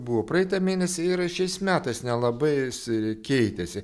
buvo praeitą mėnesį ir šiais metais nelabai jis keitėsi